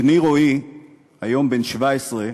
בני רועי היום בן 17,